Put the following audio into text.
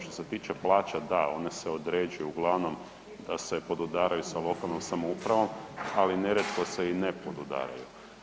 Što se tiče plaća, da one se određuju uglavnom se podudaraju sa lokalnom samoupravom, ali nerijetko se i ne podudaraju.